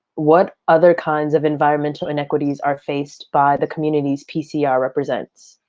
what other kinds of environmental inequities are faced by the communities pcr represents?